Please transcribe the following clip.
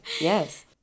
yes